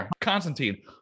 constantine